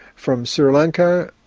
from sri lanka,